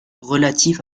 relatifs